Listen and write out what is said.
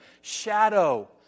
shadow